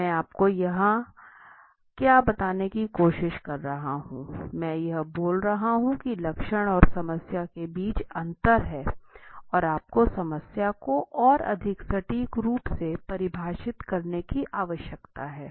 मैं आपको यहां क्या बताने की कोशिश कर रहा हूं मैं यह बोल रहा हूँ की लक्षण और समस्या के बीच अंतर है और आपको समस्या को और अधिक सटीक रूप से परिभाषित करने की आवश्यकता है